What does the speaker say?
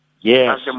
Yes